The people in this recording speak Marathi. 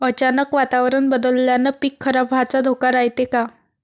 अचानक वातावरण बदलल्यानं पीक खराब व्हाचा धोका रायते का?